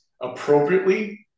appropriately